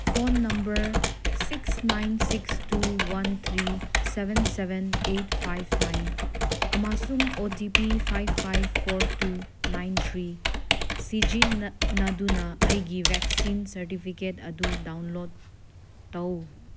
phone number six nine six two one three seven seven eight five nine ꯑꯃꯁꯨꯡ O T P five five four two nine three ꯁꯤꯖꯤꯟꯅꯗꯨꯅ ꯑꯩꯒꯤ vaccine certificate ꯑꯗꯨ download ꯇꯧ